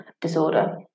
disorder